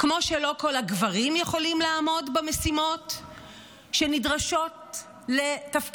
כמו שלא כל הגברים יכולים לעמוד במשימות שנדרשות לתפקידים,